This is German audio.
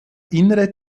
innere